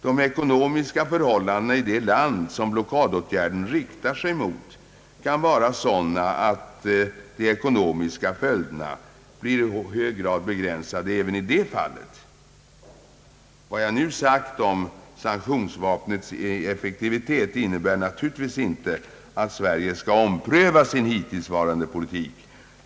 De ekonomiska förhållandena i det land som blockadåtgärderna riktar sig mot kan vara sådana att de ekonomiska följderna i hög grad blir begränsade även vid en fullständig blockad. Vad jag nu sagt om sanktionsvapnets effektivitet innebär naturligtvis inte att Sverige skall ompröva sin hittlillsvarande politik.